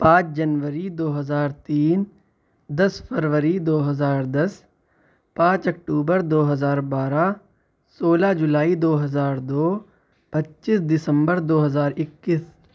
پانچ جنوری دو ہزار تین دس فروری دو ہزار دس پانچ اکتوبر دو ہزار بارہ سولہ جولائی دو ہزار دو پچیس دسمبر دو ہزار اکیس